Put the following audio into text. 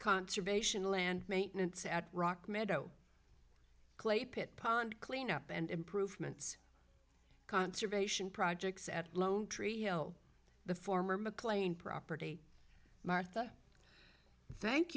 conservation land maintenance at rock meadow clay pit pond cleanup and improvements conservation projects at lone tree hill the former mclean property martha thank